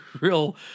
real